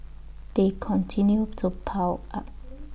they continue to pile up